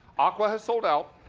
aqua has sold out.